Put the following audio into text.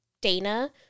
Dana